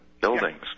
buildings